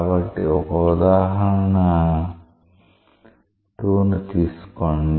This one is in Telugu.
కాబట్టి ఒక ఉదాహరణ 2 ను తీసుకోండి